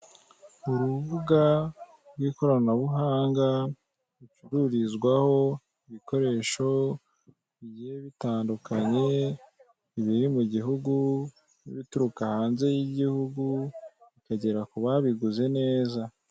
Urubuga rw'ikoranabuhanga rucururizwaho ibikoresho bigiye bitandukanye, ibiri mu gihugu n'ibituruka hanze y'igihugu bikagera ku babiguze neza.